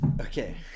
Okay